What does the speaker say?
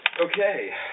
Okay